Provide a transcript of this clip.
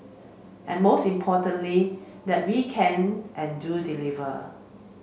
and most importantly that we can and do deliver